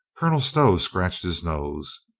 colonel stow scratched his nose.